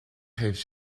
geeft